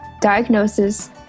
diagnosis